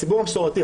הציבור המסורתי,